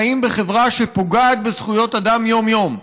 חיים בחברה שפוגעת בזכויות אדם יום-יום.